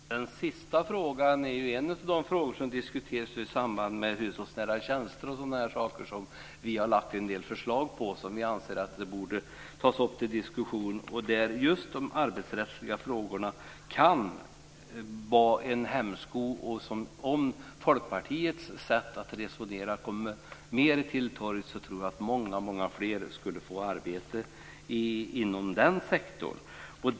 Fru talman! Den sista frågan är en av dem som diskuterats i samband med spörsmålet om hushållsnära tjänster. Vi har i det sammanhanget lagt fram en del förslag som vi anser borde tas upp till diskussion. Just de arbetsrättsliga frågorna kan där vara en hämsko. Om Folkpartiets sätt att resonera kom mer till torgs tror jag att många fler skulle få arbete inom den sektorn.